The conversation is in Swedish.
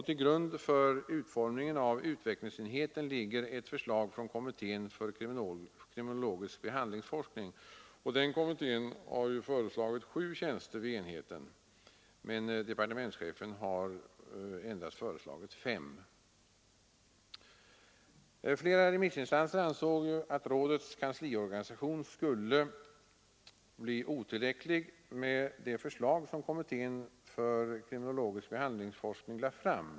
Till grund för utformningen av utvecklingsenheten ligger ett förslag från kommittén för kriminologisk behandlingsforskning. Den kommittén har föreslagit sju tjänster vid enheten, medan departementschefen har föreslagit endast fem. Flera remissinstanser ansåg att rådets kansliorganisation skulle bli otillräcklig med det förslag som kommittén för kriminologisk behandlingsforskning lade fram.